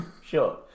sure